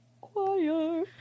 Choir